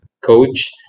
coach